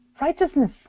righteousness